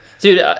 dude